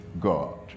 God